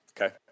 Okay